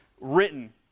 written